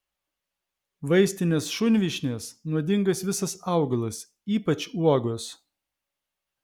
vaistinės šunvyšnės nuodingas visas augalas ypač uogos